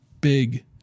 big